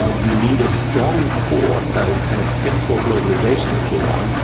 ah we need a strong port that is kind of fit for globalisation, if you want,